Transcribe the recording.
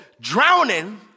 Drowning